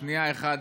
בשנייה אחת,